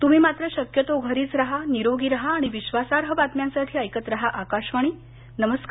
तुम्ही मात्र शक्यतो घरीच राहा निरोगी राहा आणि विश्वासार्ह बातम्यांसाठी ऐकत राहा आकाशवाणी नमस्कार